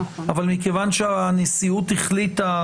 אבל מכיוון שהנשיאות החליטה,